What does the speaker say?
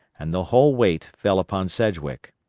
and the whole weight fell upon sedgwick.